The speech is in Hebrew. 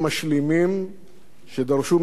שדרשו מידה רבה של שיתוף פעולה,